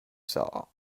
saw